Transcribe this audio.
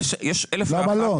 למה לא?